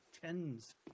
tens